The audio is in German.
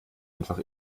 einfach